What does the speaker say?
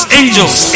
angels